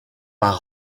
par